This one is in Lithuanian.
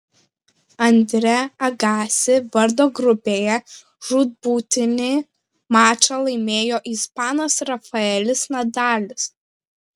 andre agassi vardo grupėje žūtbūtinį mačą laimėjo ispanas rafaelis nadalis